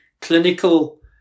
clinical